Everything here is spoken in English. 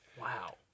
Wow